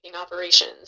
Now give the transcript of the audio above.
operations